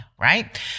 right